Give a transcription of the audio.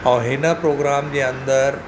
ऐं हिन प्रोग्राम जे अंदरि